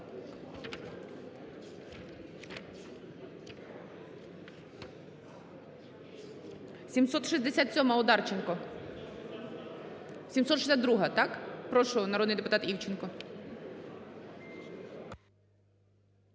767-а, Одарченко. 762-а, так? Прошу, народний депутат Івченко.